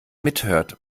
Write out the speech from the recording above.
mithört